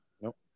Nope